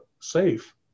safe